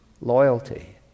Loyalty